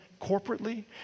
corporately